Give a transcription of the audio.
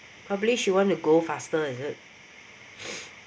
I believe she want to go faster is it